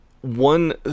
one